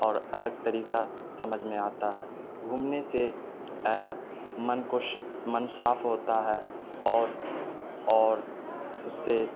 اور الگ طریقہ سمجھ میں آتا ہے گھومنے سے من خوش من صاف ہوتا ہے اور اور اس سے